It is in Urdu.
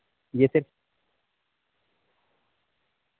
یہ سر